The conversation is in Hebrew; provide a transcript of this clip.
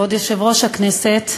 כבוד יושב-ראש הכנסת,